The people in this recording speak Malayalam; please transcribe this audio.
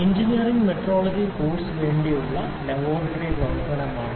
എഞ്ചിനീയറിംഗ് മെട്രോളജി കോഴ്സ് വേണ്ടിയുള്ള ലബോറട്ടറി പ്രവർത്തനമാണിത്